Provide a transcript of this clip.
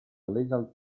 legal